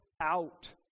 out